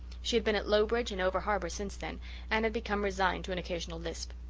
she had been at lowbridge and over-harbour since then and had become resigned to an occasional lisp.